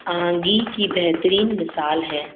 آہنگی کی بہترین مثال ہیں